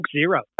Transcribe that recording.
Zero